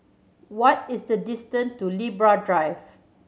what is the distance to Libra Drive